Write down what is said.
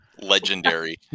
legendary